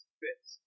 fits